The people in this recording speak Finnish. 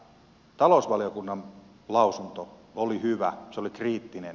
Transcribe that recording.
talousvaliokunnan lausunto oli hyvä se oli kriittinen